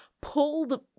pulled